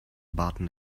button